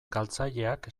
galtzaileak